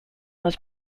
was